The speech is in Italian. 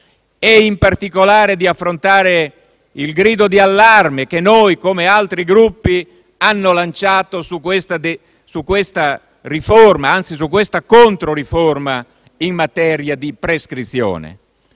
sono rifiutati di affrontare il grido di allarme che noi, come altri Gruppi, abbiamo lanciato su questa riforma, anzi su questa controriforma in materia di prescrizione.